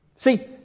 See